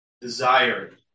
desired